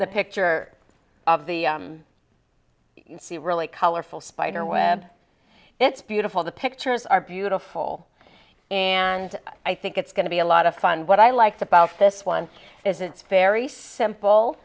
the picture of the see really colorful spider web it's beautiful the pictures are beautiful and i think it's going to be a lot of fun what i like about this one is it's very simple